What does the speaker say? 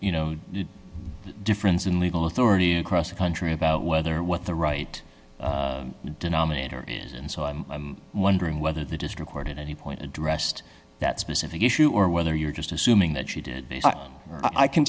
you know the difference in legal authority across the country about whether what the right denominator and so on i'm wondering whether the district court in any point addressed that specific issue or whether you're just assuming that she did i can